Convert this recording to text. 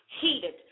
heated